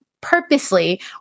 purposely